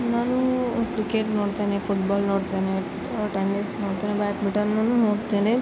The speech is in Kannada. ನಾನು ಕ್ರಿಕೆಟ್ ನೋಡ್ತೇನೆ ಫುಟ್ಬಾಲ್ ನೋಡ್ತೇನೆ ಟೆನ್ನಿಸ್ ನೋಡ್ತೇನೆ ಬ್ಯಾಟ್ಮಿಟನನ್ನೂ ನೋಡ್ತೇನೆ